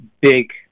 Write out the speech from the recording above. big